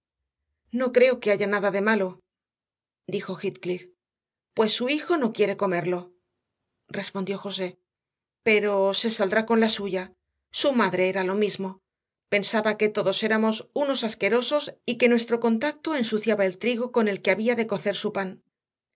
no creo que haya nada malo dijo heathcliff pues su hijo no quiere comerlo respondió josé pero se saldrá con la suya su madre era lo mismo pensaba que todos éramos unos asquerosos y que nuestro contacto ensuciaba el trigo con el que había de cocer su pan